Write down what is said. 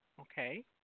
okay